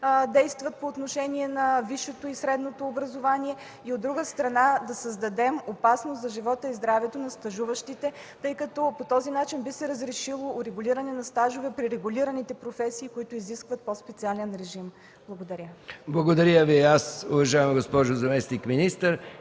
действат по отношение на висшето и средното образование, а от друга страна – да създадем опасност за живота и здравето на стажуващите, тъй като по този начин би се разрешило урегулиране на стажове при регулираните професии, които изискват по-специален режим. Благодаря. ПРЕДСЕДАТЕЛ МИХАИЛ МИКОВ: Благодаря Ви и аз, уважаема госпожо заместник-министър.